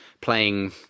playing